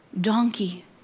donkey